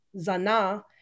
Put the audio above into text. zana